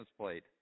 plate